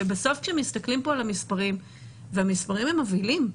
ובסוף כשמסתכלים פה על המספרים והמספרים הם מבהילים,